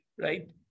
right